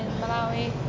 Malawi